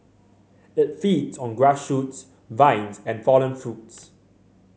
it feeds on grass shoots vines and fallen fruits